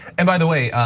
and by the way,